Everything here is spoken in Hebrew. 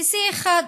נשיא אחד,